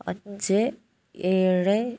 അഞ്ച് ഏഴ്